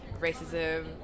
racism